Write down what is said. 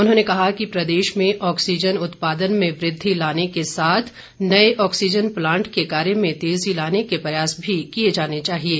उन्होंने कहा कि प्रदेश में ऑक्सीज़न उत्पादन में वृद्धि लाने के साथ नए ऑक्सीज़न प्लांट के कार्य में तेज़ी लाने के प्रयास भी किए जाने चाहिएं